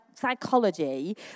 psychology